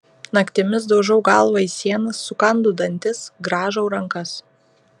naktimis daužau galvą į sienas sukandu dantis grąžau rankas